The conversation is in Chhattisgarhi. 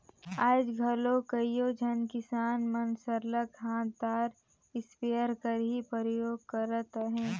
आएज घलो कइयो झन किसान मन सरलग हांथदार इस्पेयर कर ही परयोग करत अहें